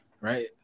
right